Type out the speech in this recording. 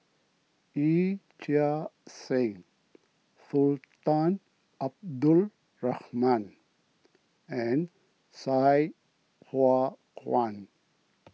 Yee Chia Hsing Sultan Abdul Rahman and Sai Hua Kuan